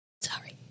sorry